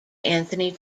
anthony